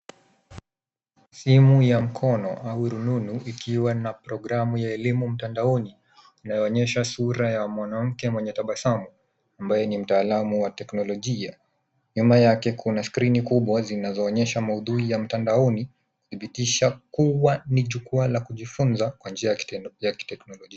Simu ya mkono au rununu ikiwa na programu ya elimu mtandaoni inayoonyesha sura ya mwanamke mwenye tabasamu ambaye ni mtaalamu wa teknolojia. Nyuma yake kuna skrini kubwa zinazoonyesha maudhui ya mtandaoni ikidhibitisha kuwa ni jukwaa la kujifunza kwa njia ya tekno- ya kiteknolojia.